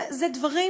אלה דברים